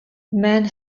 men